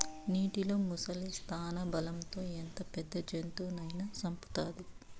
నీటిలో ముసలి స్థానబలం తో ఎంత పెద్ద జంతువునైనా సంపుతాది